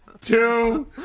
two